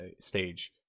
stage